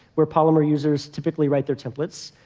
where polymer users typically write their templates,